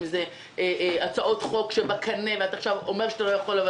אם זה הצעות חוק שעומדות בקנה ואתה אומר שעכשיו אתה לא יכול להציג,